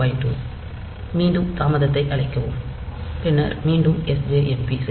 2 மீண்டும் தாமதத்தை அழைக்கவும் பின்னர் மீண்டும் sjmp செய்யவும்